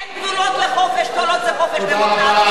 אין גבולות לחופש כל עוד זה חופש דמוקרטי.